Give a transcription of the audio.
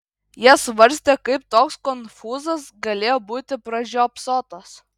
jie svarstė kaip toks konfūzas galėjo būti pražiopsotas